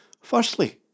firstly